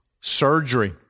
surgery